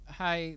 hi